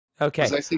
okay